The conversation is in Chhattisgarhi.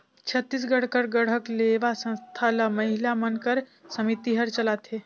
छत्तीसगढ़ कर गढ़कलेवा संस्था ल महिला मन कर समिति हर चलाथे